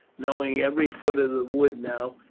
knowing every foot of the wood now,